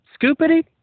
scoopity